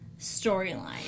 storyline